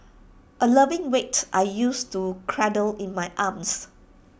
A loving weight I used to cradle in my arms